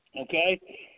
okay